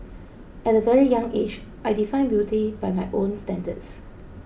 at a very young age I defined beauty by my own standards